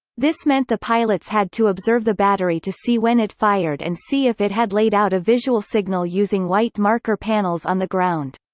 this meant the pilots had to observe the battery to see when it fired and see if it had laid out a visual signal using white marker panels on the ground.